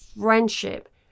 friendship